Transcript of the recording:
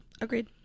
Agreed